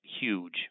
huge